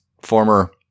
former